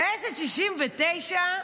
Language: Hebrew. טייסת 69,